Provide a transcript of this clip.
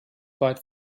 weit